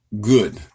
good